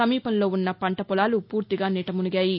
సమీపంలో ఉన్న పంటపొలాలు పూర్తిగా నీటమునిగాయి